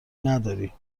نداری